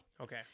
Okay